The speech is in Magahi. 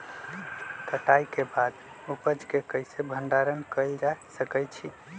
कटाई के बाद उपज के कईसे भंडारण कएल जा सकई छी?